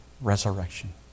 Resurrection